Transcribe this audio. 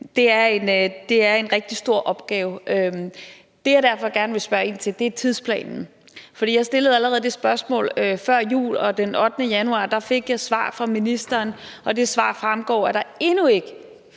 er en rigtig stor opgave. Det, som jeg derfor gerne vil spørge ind til, er tidsplanen. For jeg stillede allerede spørgsmål om det før jul, og den 8. januar fik jeg svar fra ministeren, og af det svar fremgår det, at der endnu ikke